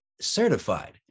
certified